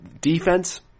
defense